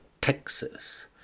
Texas